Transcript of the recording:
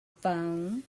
phone